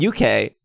UK